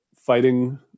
fighting